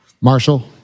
Marshall